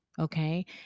Okay